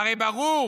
והרי ברור